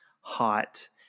hot